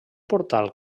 portal